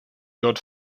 dort